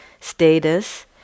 status